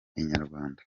inyarwanda